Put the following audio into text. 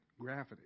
gravity